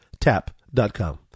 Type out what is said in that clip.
tap.com